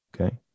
Okay